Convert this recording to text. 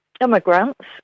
immigrants